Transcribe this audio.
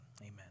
amen